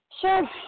Sure